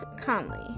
Conley